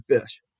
fish